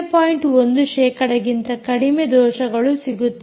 1 ಶೇಕಡಕ್ಕಿಂತ ಕಡಿಮೆ ದೋಷಗಳು ಸಿಗುತ್ತವೆ